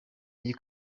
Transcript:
iyi